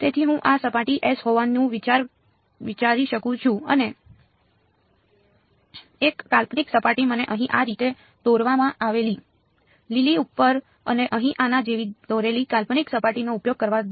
તેથી હું આ સપાટી S હોવાનું વિચારી શકું છું અને એક કાલ્પનિક સપાટી મને અહીં આ રીતે દોરવામાં આવેલી લીલી ઉપર અને અહીં આના જેવી દોરેલી કાલ્પનિક સપાટીનો ઉપયોગ કરવા દો